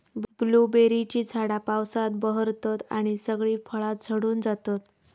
ब्लूबेरीची झाडा पावसात बहरतत आणि सगळी फळा झडून जातत